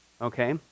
okay